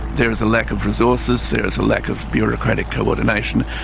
there is a lack of resources, there is a lack of bureaucratic coordination,